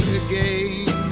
again